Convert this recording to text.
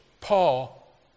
Paul